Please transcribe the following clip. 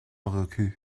reclus